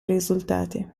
risultati